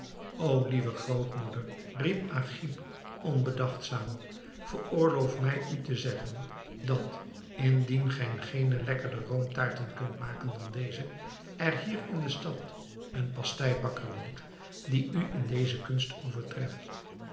o lieve grootmoeder riep agib onbedachtzaam veroorloof mij u te zeggen dat indien gij geene lekkerder roomtaarten kunt maken dan deze er hier in de stad een pasteibakker woont die u in deze kunst overtreft